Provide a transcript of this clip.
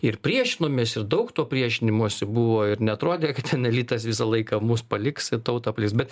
ir priešinomės ir daug to priešinimosi buvo ir neatrodė kad ten elitas visą laiką mus paliks ir tautą paliks bet